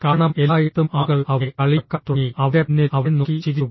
കാരണം എല്ലായിടത്തും ആളുകൾ അവനെ കളിയാക്കാൻ തുടങ്ങി അവന്റെ പിന്നിൽ അവനെ നോക്കി ചിരിച്ചു